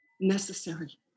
Necessary